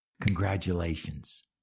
Congratulations